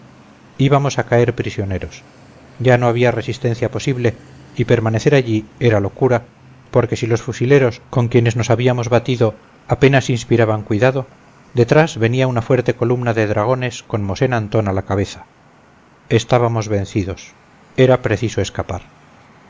victoria íbamos a caer prisioneros ya no había resistencia posible y permanecer allí era locura porque si los fusileros con quienes nos habíamos batido apenas inspiraban cuidado detrás venía una fuerte columna de dragones con mosén antón a la cabeza estábamos vencidos era preciso escapar